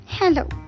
Hello